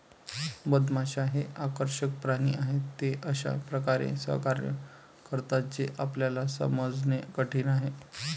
मधमाश्या हे आकर्षक प्राणी आहेत, ते अशा प्रकारे सहकार्य करतात जे आपल्याला समजणे कठीण आहे